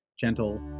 gentle